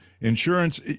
Insurance